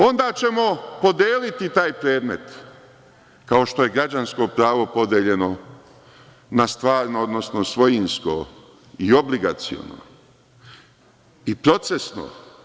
Onda ćemo podeliti taj predmet, kao što je „Građansko pravo“ podeljeno na stvarno, odnosno svojinsko i obligaciono i procesno.